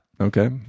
Okay